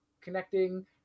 connecting